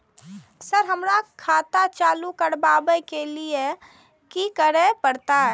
Sir हमरो खाता चालू करबाबे के ली ये की करें परते?